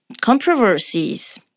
controversies